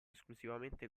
esclusivamente